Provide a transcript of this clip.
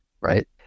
right